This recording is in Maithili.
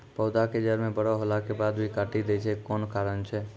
पौधा के जड़ म बड़ो होला के बाद भी काटी दै छै कोन कारण छै?